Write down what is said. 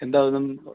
എന്താണ് അതിന്